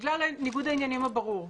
בגלל ניגוד העניינים הברור.